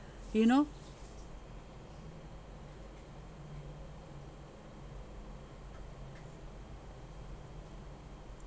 you know